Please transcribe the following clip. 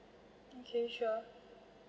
okay sure